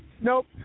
Nope